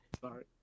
Sorry